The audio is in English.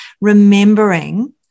remembering